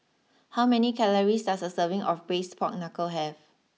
how many calories does a serving of Braised Pork Knuckle have